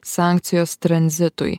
sankcijos tranzitui